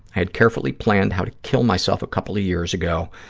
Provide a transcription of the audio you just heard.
i had carefully planned how to kill myself a couple of years ago,